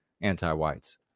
anti-whites